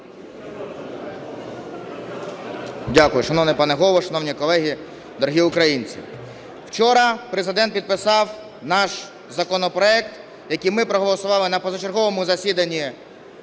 Дякую. Шановний пане Голово! Шановні колеги! Дорогі українці! Вчора Президент підписав наш законопроект, який ми проголосували на позачерговому засіданні